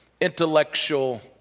intellectual